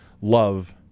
love